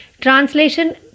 Translation